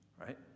Right